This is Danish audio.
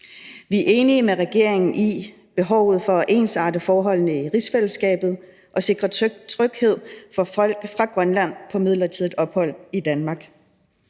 Vi er enige med regeringen i behovet for at ensarte forholdene i rigsfællesskabet og sikre tryghed for folk fra Grønland på midlertidigt ophold i Danmark.